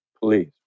please